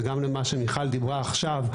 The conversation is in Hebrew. וגם למה שמיכל דיברה עכשיו,